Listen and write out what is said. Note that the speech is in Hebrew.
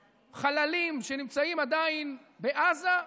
חללים, שנמצאים עדיין בעזה.